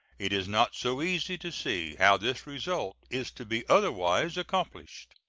it is not so easy to see how this result is to be otherwise accomplished.